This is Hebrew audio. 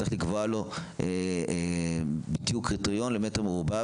צריך לקבוע לו קריטריון מדויק למטר מרובע.